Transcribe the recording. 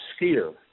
skier